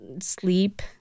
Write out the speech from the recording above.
sleep